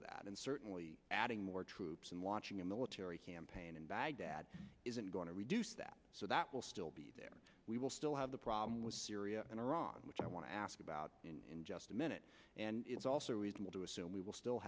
to that and certainly adding more troops and launching a military campaign in baghdad isn't going to reduce that so that will still be there we will still have the problem with syria and iran which i want to ask about in just a minute and it's also reasonable to assume we will still